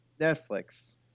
Netflix